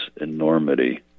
enormity